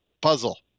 puzzle